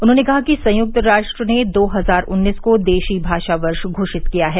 उन्होंने कहा कि संयुक्त राष्ट्र ने दो हजार उन्नीस को देशी भाषा वर्ष घोषित किया है